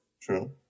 True